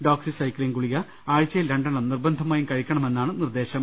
doxy സൈക്സിൻ ഗുളിക ആഴ്ചയിൽ രണ്ടെണ്ണം നിർബ ന്ധമായും കഴിക്കണമെന്നാണ് നിർദ്ദേശം